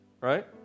Right